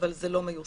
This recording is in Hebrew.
אבל זה לא מיושם.